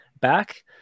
back